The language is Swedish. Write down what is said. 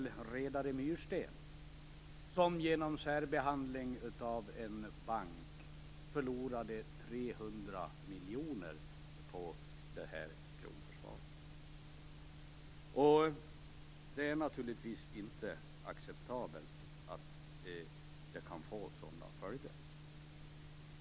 Det gäller då redare Myrsten, som genom en banks särbehandling förlorade 300 miljoner kronor på kronförsvaret. Att det kunde bli sådana följder är naturligtvis inte acceptabelt.